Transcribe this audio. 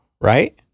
right